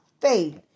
faith